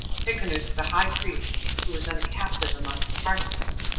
hyrcanus the high priest, who was then a captive among the parthians,